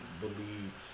believe